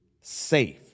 safe